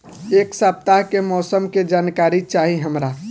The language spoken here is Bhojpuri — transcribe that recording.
एक सपताह के मौसम के जनाकरी चाही हमरा